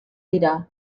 dira